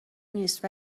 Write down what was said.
نیست